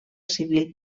civil